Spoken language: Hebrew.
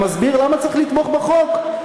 ומסביר למה צריך לתמוך בחוק.